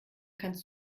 kannst